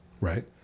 right